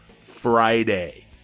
Friday